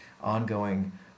ongoing